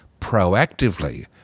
proactively